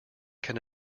can